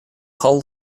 hull